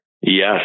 Yes